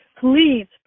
please